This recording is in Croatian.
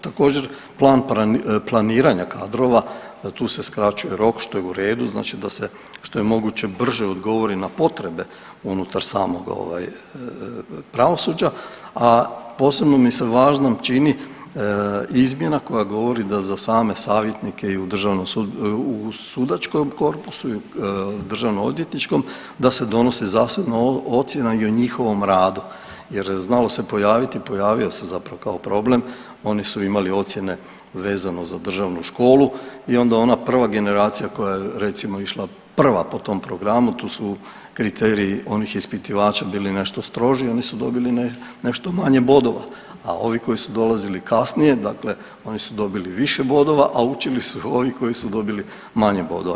Također, plan planiranja kadrova, tu se skraćuje rok, što je u redu, znači da se što je moguće brže odgovori na potrebe unutar samog ovaj, pravosuđa, a posebno mi se važnom čini izmjena koja govori da za same savjetnike i ... u sudačkom korpusu i državnoodvjetničkom, da se donosi zasebno ocjena i o njihovom radu jer znalo se pojaviti i pojavio se zapravo kao problem, oni su imali ocjene vezano za Državnu školu i onda ona prva generacija koja je recimo išla prva po tom programu, tu su kriteriji onih ispitivača bili nešto stroži, oni su dobili nešto manje bodova, a ovi koji su dolazili kasnije, dakle, oni su dobili više bodova, a učili su od ovih koji su dobili manje bodova.